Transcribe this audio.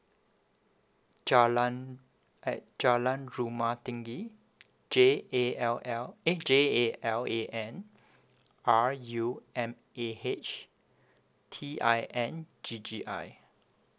jalan at jalan rumah tinggi J A L L eh J A L A N R U M A H T I N G G I